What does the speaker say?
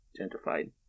gentrified